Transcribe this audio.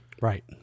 Right